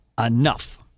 enough